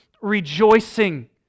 rejoicing